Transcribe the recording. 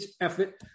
effort